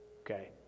okay